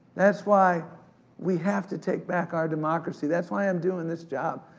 that's why we have to take back our democracy. that's why i'm doin' this job.